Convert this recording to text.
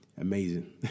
amazing